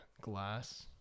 glass